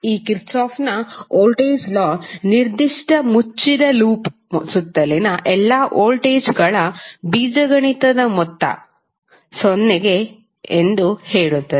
ಈ ಕಿರ್ಚಾಫ್ನ ವೋಲ್ಟೇಜ್ ಲಾKirchhoff's voltage law ನಿರ್ದಿಷ್ಟ ಮುಚ್ಚಿದ ಲೂಪ್ ಸುತ್ತಲಿನ ಎಲ್ಲಾ ವೋಲ್ಟೇಜ್ಗಳ ಬೀಜಗಣಿತ ಮೊತ್ತ 0 ಎಂದು ಹೇಳುತ್ತದೆ